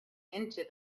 into